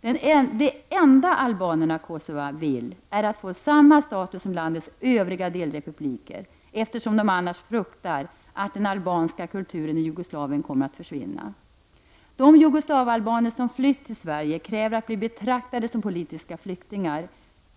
Det enda albanerna i Kosova vill är att få samma status som landets övriga delrepubliker, eftersom de annars fruktar att den albanska kulturen i Jugoslavien kommer att försvinna. De jugoslavalbaner som flytt till Sverige kräver att bli betraktade som politiska flyktingar.